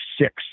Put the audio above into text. six